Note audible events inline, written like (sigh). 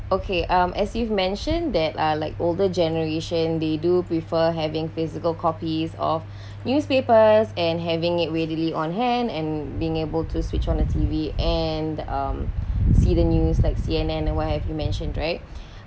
okay um as you've mentioned that are like older generation they do prefer having physical copies of (breath) newspapers and having it readily on hand and being able to switch on the T_V and um see the news like C_N_N and what have you mentioned right (breath)